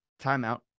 Timeout